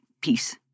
peace